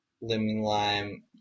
lemon-lime